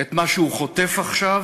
בצדק את מה שהוא חוטף עכשיו,